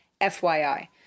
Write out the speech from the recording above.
FYI